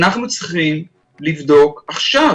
אנחנו צריכים לבדוק עכשיו